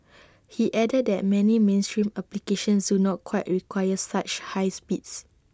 he added that many mainstream applications do not quite require such high speeds